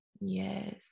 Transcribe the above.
Yes